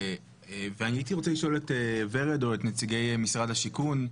אני פונה לנציגי משרד השיכון,